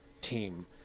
team